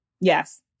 Yes